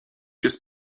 jest